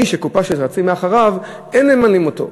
מי שקופה של שרצים מאחוריו אין ממנים אותו.